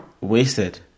wasted